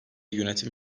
yönetim